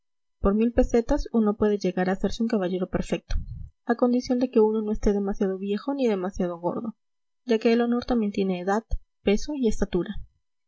por mil pesetas uno puede llegar a hacerse un caballero perfecto a condición de que uno no esté demasiado viejo ni demasiado gordo ya que el honor también tiene edad peso y estatura